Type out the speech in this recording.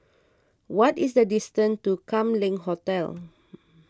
what is the distance to Kam Leng Hotel